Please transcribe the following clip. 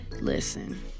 listen